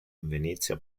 venezia